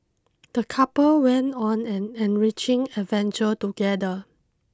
the couple went on an enriching adventure together